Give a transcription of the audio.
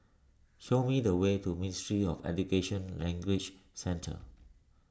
show me the way to Ministry of Education Language Centre